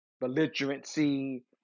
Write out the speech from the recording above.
belligerency